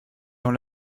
dans